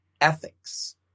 ethics